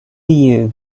you